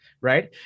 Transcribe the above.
Right